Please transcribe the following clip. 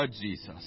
Jesus